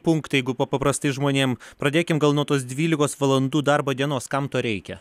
punktai jeigu pa paprastai žmonėm pradėkim gal nuo tos dvylikos valandų darbo dienos kam to reikia